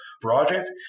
project